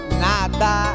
nada